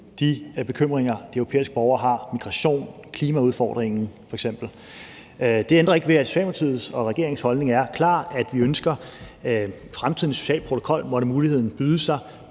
de bekymringer, de europæiske borgere har – f.eks. migration, klimaudfordringen. Det ændrer ikke ved, at Socialdemokratiets og regeringens klare holdning er, at vi i fremtiden ønsker en social protokol, måtte muligheden byde sig.